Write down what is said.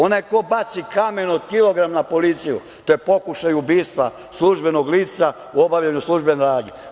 Onaj ko baci kamen od kilogram na policiju, to je pokušaj ubistva službenog lica u obavljanju službene radnje.